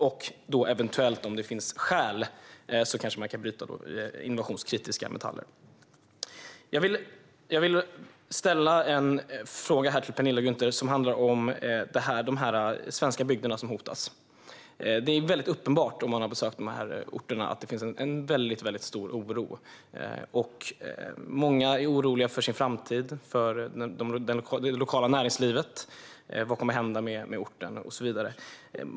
Om det finns skäl kan man då eventuellt även bryta innovationskritiska metaller. Jag vill ställa en fråga till Penilla Gunther om de svenska bygder som hotas. För den som har besökt dessa orter är det uppenbart att det finns en stor oro. Många är oroliga för sin framtid och för det lokala näringslivet. Man undrar vad som kommer att hända med orten och så vidare.